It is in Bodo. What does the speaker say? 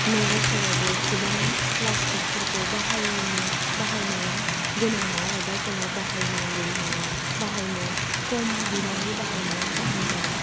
न'फोरावबो गोबां प्लास्टिकफोरखौ बाहायनो बाहायनाया गोनां नङा एबा जोङो बाहाय नांगौ नङा बाहायनो बाहायनाया खम बिबांनि बाहायनाया गाहाम जागोन